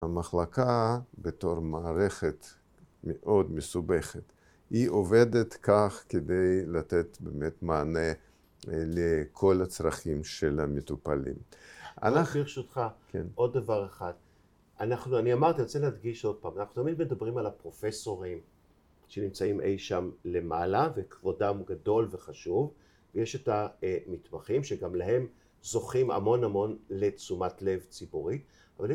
‫המחלקה, בתור מערכת מאוד מסובכת, ‫היא עובדת כך כדי לתת באמת מענה ‫לכל הצרכים של המטופלים. ‫אני רוצה, ברשותך, עוד דבר אחד. ‫-כן. ‫אני אמרתי, אני רוצה להדגיש ‫עוד פעם, אנחנו תמיד מדברים ‫על הפרופסורים שנמצאים אי שם למעלה, ‫וכבודם גדול וחשוב, ‫ויש את המתמחים שגם להם זוכים ‫המון המון לתשומת לב ציבורית, ‫אבל אם...